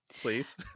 Please